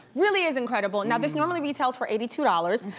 really is incredible. and now this normally retails for eighty two dollars. and